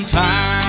time